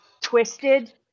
twisted